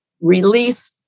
release